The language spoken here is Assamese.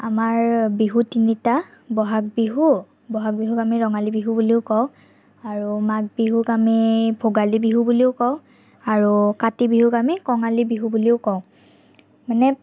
আমাৰ বিহু তিনিটা বহাগ বিহু বহাগ বিহুক আমি ৰঙালী বিহু বুলিও কওঁ আৰু মাঘ বিহুক আমি ভোগালী বিহু বুলিও কওঁ আৰু কাতি বিহুক আমি কঙালী বিহু বুলিও কওঁ মানে